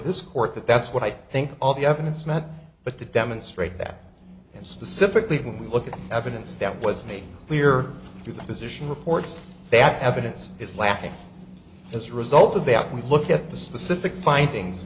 this court that that's what i think all the evidence met but to demonstrate that and specifically when we look at the evidence that was made clear to the physician reports that evidence is lacking as a result of that we look at the specific findings